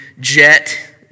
jet